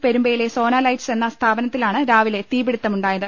പെരുമ്പയിലെ Sona lights എന്ന സ്ഥാപനത്തിലാണ് രാവിലെ തീപിടുത്തമുണ്ടായത്